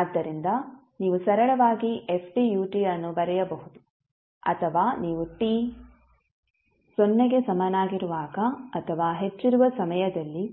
ಆದ್ದರಿಂದ ನೀವು ಸರಳವಾಗಿ f u ಅನ್ನು ಬರೆಯಬಹುದು ಅಥವಾ ನೀವು t ಸೊನ್ನೆಗೆ ಸಮನಾಗಿರುವಾಗ ಅಥವಾ ಹೆಚ್ಚಿರುವ ಸಮಯದಲ್ಲಿ